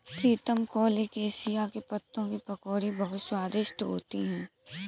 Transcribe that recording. प्रीतम colocasia के पत्तों की पकौड़ी बहुत स्वादिष्ट होती है